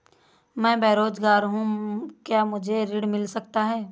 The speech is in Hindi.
मैं बेरोजगार हूँ क्या मुझे ऋण मिल सकता है?